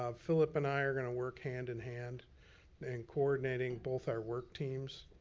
um phillip and i are gonna work hand in hand in coordinating both our work teams.